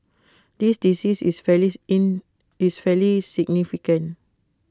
this decrease is fairly in is fairly significant